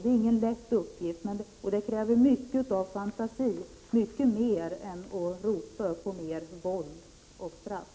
Det är ingen lätt uppgift. Det kräver mycket av fantasi, mycket mer än att ropa på mer våld och straff.